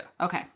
Okay